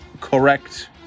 correct